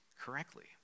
correctly